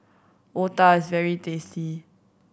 otah is very tasty